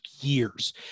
years